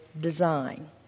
design